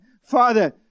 Father